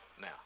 now